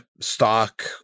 stock